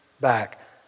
back